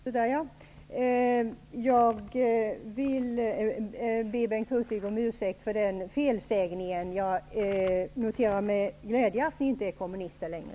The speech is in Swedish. Herr talman! Jag vill be Bengt Hurtig om ursäkt för felsägningen. Jag noterar med glädje att ni inte är kommunister längre.